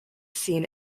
seen